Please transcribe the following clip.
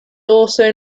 also